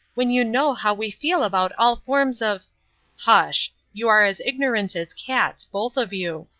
when you know how we feel about all forms of hush! you are as ignorant as cats, both of you,